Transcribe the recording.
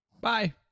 Bye